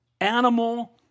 animal